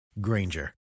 Granger